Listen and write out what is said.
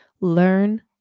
learn